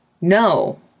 No